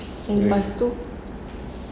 in my school